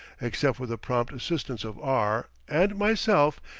except for the prompt assistance of r and myself,